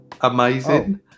amazing